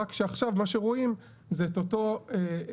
רק שעכשיו מה שרואים זה רק את אותו תיקון